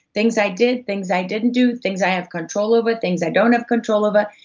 things i did things i didn't do, things i have control over, things i don't have control over.